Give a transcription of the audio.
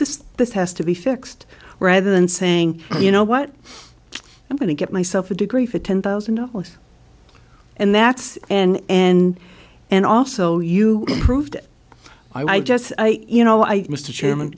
this this has to be fixed rather than saying you know what i'm going to get myself a degree for ten thousand dollars and that's and and and also you proved i just you know i mr chairman